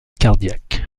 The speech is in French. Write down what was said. cardiaque